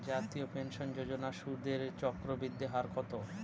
জাতীয় পেনশন যোজনার সুদের চক্রবৃদ্ধি হার কত?